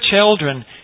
children